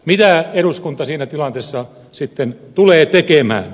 mitä eduskunta siinä tilanteessa sitten tulee tekemään